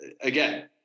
again